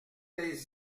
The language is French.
les